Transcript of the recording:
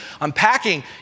unpacking